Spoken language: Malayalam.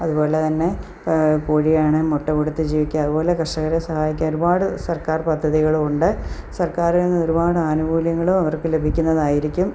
അതുപോലെ തന്നെ കോഴിയാണേ മുട്ട കൊടുത്ത് ജീവിക്കാം അതുപോലെ കർഷകരെ സഹായിക്കാൻ ഒരുപാട് സർക്കാർ പദ്ധതികൾ ഉണ്ട് സർക്കാരിൽ നിന്ന് ഒരുപാട് ആനുകുല്യങ്ങളും അവർക്ക് ലഭിക്കുന്നതായിരിക്കും